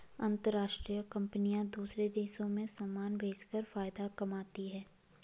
अंतरराष्ट्रीय कंपनियां दूसरे देशों में समान भेजकर फायदा कमाती हैं